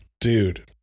Dude